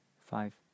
five